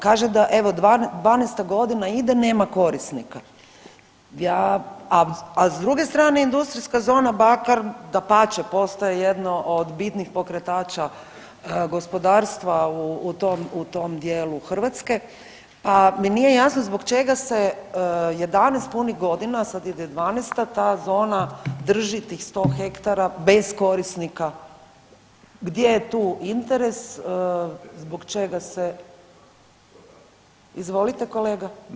Kaže da evo 12. godina ide, nema korisnika, a s druge strane industrijska zona Bakar dapače postaje jedno od bitnih pokretača gospodarstvo u tom, u tom dijelu Hrvatske, pa mi nije jasno zbog čega se 11. punih godina, sad ide 12., ta zona drži, tih 100 hektara bez korisnika, gdje je tu interes, zbog čega se, izvolite kolega.